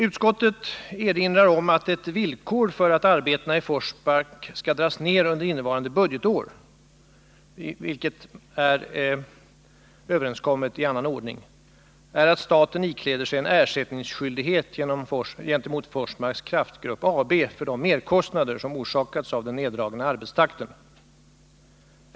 Utskottet erinrar om att ett villkor för att arbetena i Forsmark skall dras ned under innevarande budgetår, vilket är överenskommet i annan ordning, är att staten ikläder sig en ersättningsskyldighet gentemot Forsmarks Kraftgrupp AB för de merkostnader som orsakats av den neddragna arbetstakten.